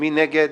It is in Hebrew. מי נגד?